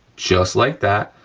just like that,